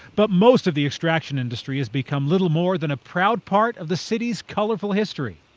but most of the extraction industry has become little more than a proud part of the cities colorful history.